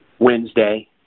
Wednesday